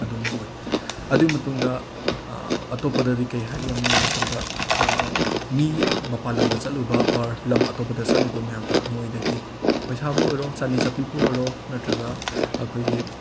ꯑꯗꯨꯝ ꯑꯃ ꯑꯣꯏ ꯑꯗꯨꯒꯤ ꯃꯇꯨꯡꯗ ꯑꯇꯣꯞꯄꯗꯤ ꯀꯩ ꯍꯥꯏꯒꯦ ꯌꯝꯅꯤ ꯃꯇꯝꯗ ꯃꯤ ꯃꯄꯥꯜ ꯂꯝꯗ ꯆꯠꯂꯨꯕ ꯑꯣꯔ ꯂꯝ ꯑꯇꯣꯞꯄꯗ ꯆꯠꯂꯨꯕ ꯃꯌꯥꯝꯗ ꯃꯣꯏꯗꯒꯤ ꯄꯩꯁꯥꯕꯨ ꯑꯣꯏꯔꯣ ꯆꯥꯟꯗꯤ ꯆꯠꯄꯤꯕꯨ ꯑꯣꯏꯔꯣ ꯅꯠꯇ꯭ꯔꯒ ꯑꯩꯈꯣꯏꯒꯤ